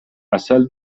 عسل